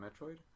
Metroid